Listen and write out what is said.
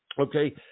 Okay